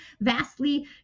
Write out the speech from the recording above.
vastly